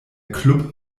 klub